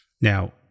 Now